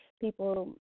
people